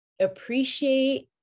appreciate